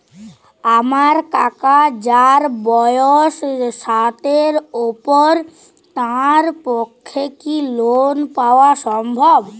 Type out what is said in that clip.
আমার কাকা যাঁর বয়স ষাটের উপর তাঁর পক্ষে কি লোন পাওয়া সম্ভব?